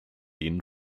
ihnen